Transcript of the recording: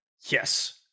Yes